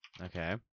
Okay